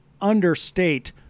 understate